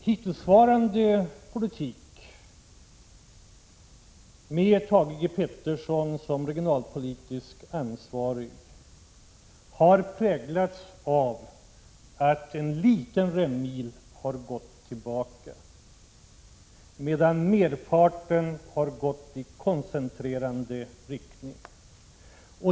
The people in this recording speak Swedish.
Hittillsvarande politik, med Thage Peterson som regionalpolitiskt ansvarig, har präglats av att en liten rännil har gått tillbaka, medan merparten har gått till åtgärder i koncentrerande riktning.